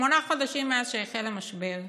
שמונה חודשים מאז שהחל המשבר,